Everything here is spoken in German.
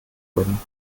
wurden